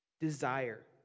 desire